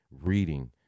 reading